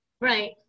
Right